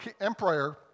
emperor